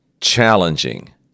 challenging